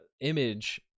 image